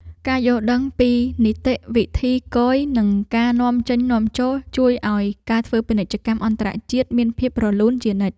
ការយល់ដឹងពីនីតិវិធីគយនិងការនាំចេញនាំចូល ជួយឱ្យការធ្វើពាណិជ្ជកម្មអន្តរជាតិមានភាពរលូនជានិច្ច។